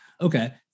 Okay